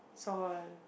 sawn